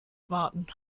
warten